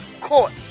court